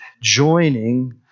joining